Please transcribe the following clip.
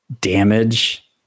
damage